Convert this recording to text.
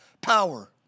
power